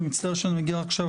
אני מצטערת שאני מגיע רק עכשיו.